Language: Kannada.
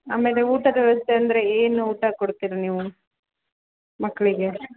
ಆಮೇಲೆ ಊಟದ ವ್ಯವಸ್ಥೆ ಅಂದರೆ ಏನು ಊಟ ಕೊಡ್ತಿರಿ ನೀವು ಮಕ್ಕಳಿಗೆ